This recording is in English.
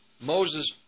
Moses